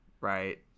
right